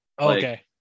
Okay